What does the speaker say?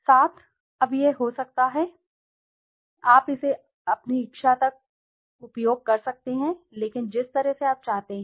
7 अब यह हो सकता है आप इसे अपनी इच्छा तक उपयोग कर सकते हैं लेकिन जिस तरह से आप चाहते हैं